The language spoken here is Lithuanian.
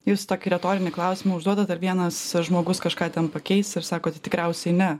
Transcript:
jūs tokį retorinį klausimą užduodat ar vienas žmogus kažką ten pakeis ir sakote tikriausiai ne